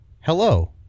hello